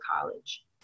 college